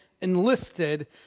enlisted